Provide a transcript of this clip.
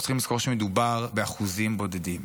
אנחנו צריכים לזכור שמדובר באחוזים בודדים.